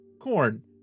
corn